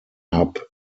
hub